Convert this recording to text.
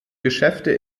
geschäfte